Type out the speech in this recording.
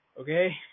Okay